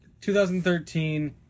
2013